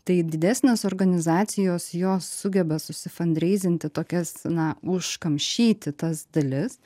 tai didesnės organizacijos jos sugeba susifandreizinti tokias na užkamšyti tas dalis